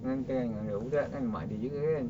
takkan dengan budak-budak mak dia juga kan